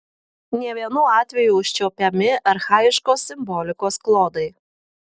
ne vienu atveju užčiuopiami archaiškos simbolikos klodai